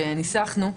שניסחנו,